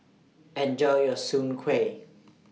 Enjoy your Soon Kway